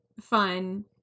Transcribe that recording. fun